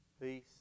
peace